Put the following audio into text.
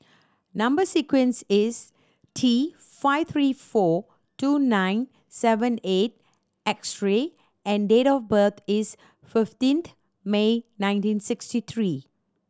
number sequence is T five three four two nine seven eight extra and date of birth is fifteenth May nineteen sixty three